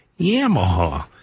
Yamaha